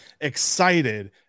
excited